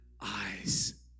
eyes